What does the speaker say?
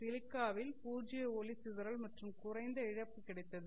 சிலிக்காவில் பூஜ்ஜிய ஒளி சிதறல் மற்றும் குறைந்த இழப்பு கிடைத்தது